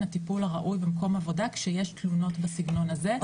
הטיפול הראוי במקום עבודה כשיש תלונות בסגנון הזה,